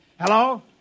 Hello